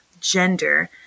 gender